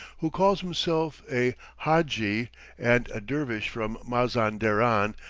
who calls himself a hadji and a dervish from mazan-deran,